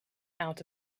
out